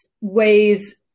ways